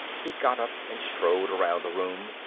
he got up and strode around the room.